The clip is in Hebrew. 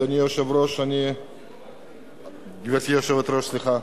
גברתי היושבת-ראש,